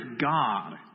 God